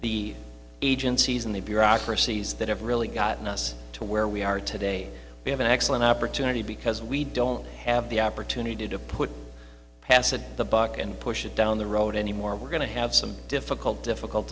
the agencies and the bureaucracies that have really gotten us to where we are today we have an excellent opportunity because we don't have the opportunity to put passing the buck and push it down the road any more we're going to have some difficult difficult